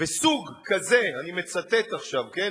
וסוג כזה, אני מצטט עכשיו, כן?